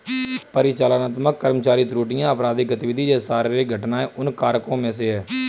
परिचालनात्मक कर्मचारी त्रुटियां, आपराधिक गतिविधि जैसे शारीरिक घटनाएं उन कारकों में से है